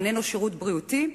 איננו שירות בריאותי?